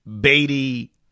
Beatty